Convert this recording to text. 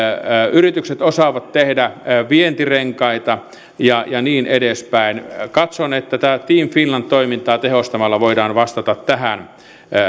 yritykset osaavat tehdä vientirenkaita ja ja niin edespäin katson että tätä team finland toimintaa tehostamalla voidaan vastata tähän